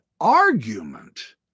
argument